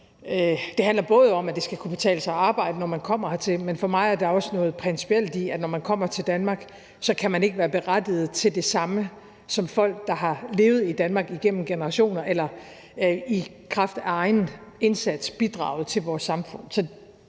Det handler jo om, at det skal kunne betale sig at arbejde, når man kommer hertil, men for mig er der også noget principielt i, at når man kommer til Danmark, så kan man ikke være berettiget til det samme som folk, der har levet i Danmark igennem generationer eller i kraft af egen indsats har bidraget til vores samfund.